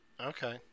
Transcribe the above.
Okay